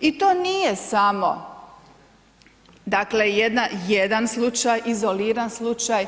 I to nije samo dakle jedan slučaj, izoliran slučaj,